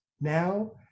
Now